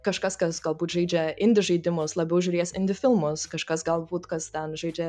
kažkas kas galbūt žaidžia indi žaidimus labiau žiūrės indi filmus kažkas galbūt kas ten žaidžia